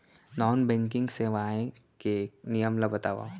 Non banking सेवाएं के नियम ला बतावव?